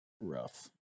rough